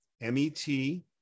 M-E-T